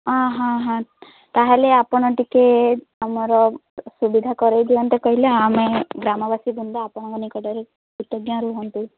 ହଁ ହଁ ହଁ ତା'ହେଲେ ଆପଣ ଟିକେ ଆମର ସୁବିଧା କରାଇ ଦିଅନ୍ତେ କହିଲେ ଆମେ ଗ୍ରାମବାସୀବୃନ୍ଦ ଆପଣଙ୍କ ନିକଟରେ କୃତଜ୍ଞ ରୁହନ୍ତୁ